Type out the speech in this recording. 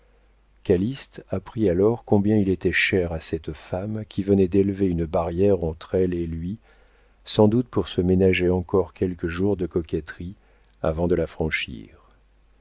calyste apprit alors combien il était cher à cette femme qui venait d'élever une barrière entre elle et lui sans doute pour se ménager encore quelques jours de coquetterie avant de la franchir